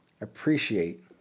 appreciate